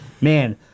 man